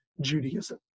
Judaism